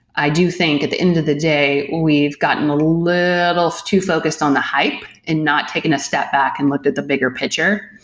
i do think, at the end of the day, we've gotten a little too focused on the hype and not taking a step back and looked at the bigger picture.